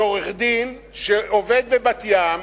שעורך-דין שעובד בבת-ים,